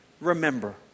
remember